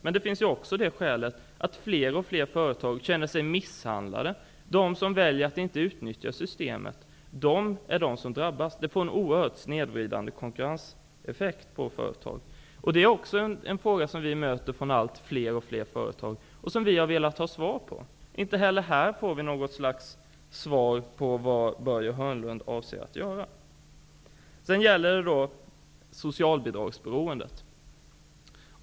Men vi har också det skälet att fler och fler företag känner sig misshandlade. De som väljer att inte utnyttja systemet är de som drabbas. Det får en oerhört snedvridande konkurrenseffekt på företag. Detta är också en fråga som vi möter från allt fler företag och som vi har velat ha svar på. Inte heller här får vi veta vad Börje Hörnlund avser att göra.